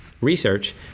research